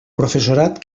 professorat